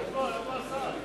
איפה השר?